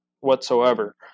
whatsoever